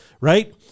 Right